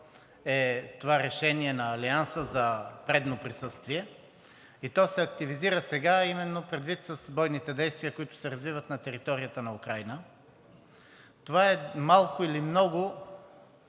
е това решение на Алианса за предно присъствие и то се активизира сега именно предвид бойните действия, които се развиват на територията на Украйна. Това е малко или много